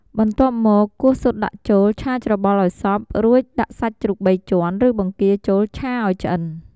បន្ទាប់មក គោះស៊ុតដាក់ចូល ឆាច្របល់ឱ្យសព្វ រួចដាក់សាច់ជ្រូកបីជាន់ ឬបង្គាចូលឆាឱ្យឆ្អិន។